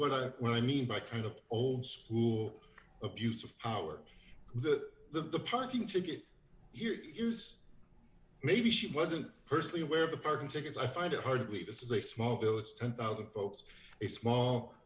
what i well i mean by kind of old school abuse of power that the parking ticket here is maybe she wasn't personally aware of the parking tickets i find it hard to believe this is a small village ten thousand folks a small